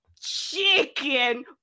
chicken